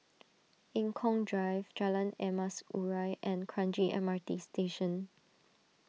Eng Kong Drive Jalan Emas Urai and Kranji M R T Station